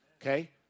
Okay